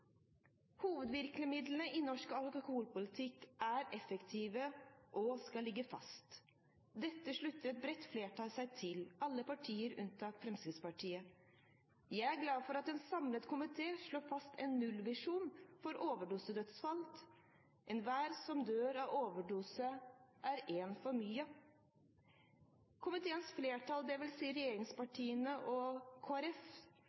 Hovedvirkemidlene i norsk alkoholpolitikk er effektive og skal ligge fast. Dette slutter et bredt flertall seg til, alle partier unntatt Fremskrittspartiet. Jeg er glad for at en samlet komité slår fast en nullvisjon for overdosedødsfall: Enhver som dør av overdose, er en for mye. Komiteens flertall,